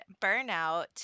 burnout